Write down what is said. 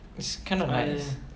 it's kind of nice